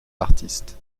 artistes